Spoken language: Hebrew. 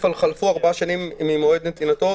חלפו ארבע שנים ממועד נתינתו